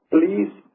Please